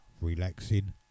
relaxing